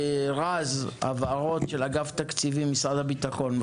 רז, הבהרות של אגף תקציבים, משרד הביטחון.